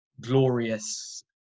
glorious